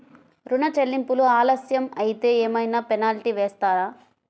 ఋణ చెల్లింపులు ఆలస్యం అయితే ఏమైన పెనాల్టీ వేస్తారా?